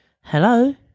Hello